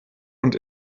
und